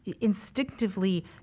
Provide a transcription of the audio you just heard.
instinctively